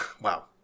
wow